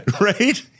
Right